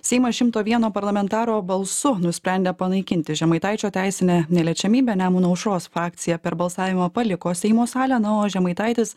seimas šimto vieno parlamentaro balsu nusprendė panaikinti žemaitaičio teisinę neliečiamybę nemuno aušros frakcija per balsavimą paliko seimo salę na o žemaitaitis